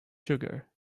sugar